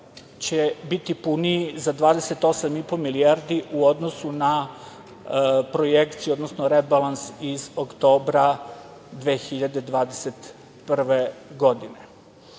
će biti puniji za 28,5 milijardi u odnosu na projekciju, odnosno rebalans iz oktobra 2021. godine. Takođe,